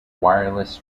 wireless